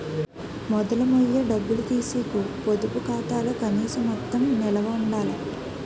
మొదలు మొయ్య డబ్బులు తీసీకు పొదుపు ఖాతాలో కనీస మొత్తం నిలవ ఉండాల